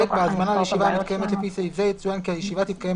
(ט)בהזמנה לישיבה המתקיימת לפי סעיף זה יצוין כי הישיבה תתקיים